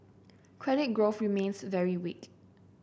credit growth remains very weak